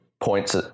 points